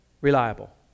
reliable